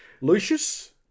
Lucius